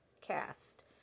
Cast